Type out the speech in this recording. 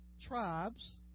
tribes